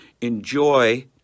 enjoy